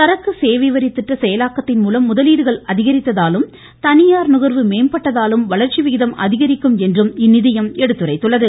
சரக்கு சேவை வரி திட்ட செயலாக்கத்தின் மூலம் முதலீடுகள் அதிகரித்ததாலும் தனியார் நுகர்வு மேம்பட்டதாலும் வளர்ச்சி விகிதம் அதிகரிக்கும் என்றும் இந்நிதியம் எடுத்துரைத்துள்ளது